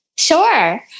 Sure